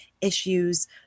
issues